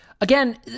again